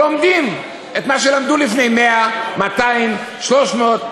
לומדים את מה שלמדו לפני 100, 200, 300,